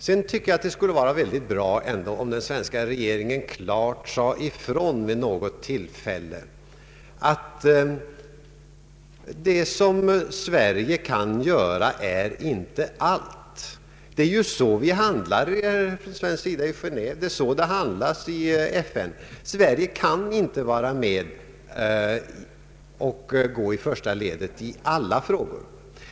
Jag tycker att det skulle vara mycket bra om den svenska regeringen vid något tillfälle klart sade ifrån att Sverige inte kan göra allt. Det är så vi handlar från svensk sida i Genéve, det är så det handlas i FN. Sverige kan inte vara med och gå i första ledet i alla frågor.